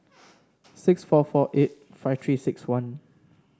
six four four eight five Three six one